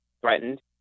threatened